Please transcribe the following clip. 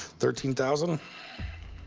thirteen thousand